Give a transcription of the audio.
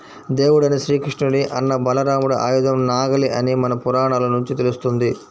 దేవుడైన శ్రీకృష్ణుని అన్న బలరాముడి ఆయుధం నాగలి అని మన పురాణాల నుంచి తెలుస్తంది